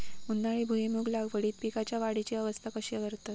उन्हाळी भुईमूग लागवडीत पीकांच्या वाढीची अवस्था कशी करतत?